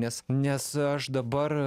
nes nes aš dabar